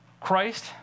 Christ